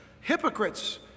hypocrites